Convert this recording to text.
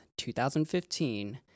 2015